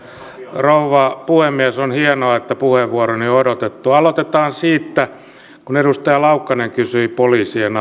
rouva puhemies on hienoa että puheenvuoroni on odotettu aloitetaan siitä kun edustaja laukkanen kysyi poliisien